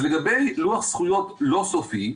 לגבי לוח זכויות לא סופי,